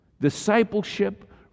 discipleship